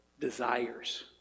desires